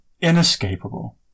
inescapable